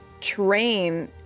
train